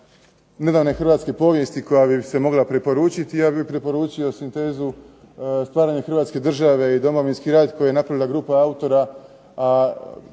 hrvatske povijesti koja bi se mogla preporučiti, ja bih preporučio sintezu stvaranja hrvatske države i Domovinski rat koji je napravila grupa autora,